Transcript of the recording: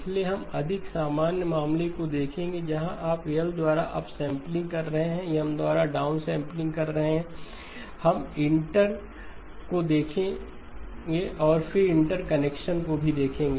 इसलिए हम अधिक सामान्य मामले को देखेंगे जहां आप L द्वारा अपसैंपलिंग कर रहे हैं M द्वारा डाउनसैंपलिंग कर रहे हैं हम इंटर को देखेंगे और फिर इंटरकनेक्शन्स को भी देखेंगे